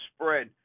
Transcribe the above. spread